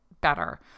better